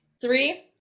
Three